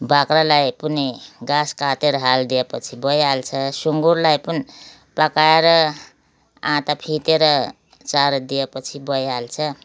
बाख्रालाई पनि घाँस काटेर हालिदिएपछि भइहाल्छ सुँगुरलाई पनि पकाएर आँटा फिटेर चारो दिएपछि भइहाल्छ